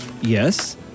Yes